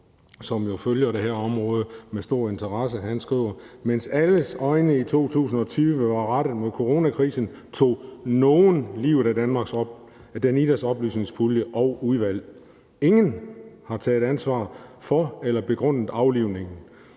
som jo følger det her område med stor interesse. Han skriver: »Mens alles øjne i 2020 er rettet mod coronakrisen, tog nogen livet af Danidas oplysningspulje og -udvalg. Ingen har taget ansvaret for eller begrundet aflivningen.